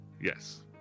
yes